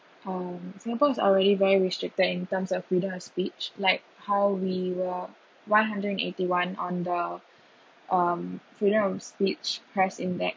um singapore is already very restricted in terms of freedom of speech like how we were one hundred and eighty one on the um freedom of speech press in that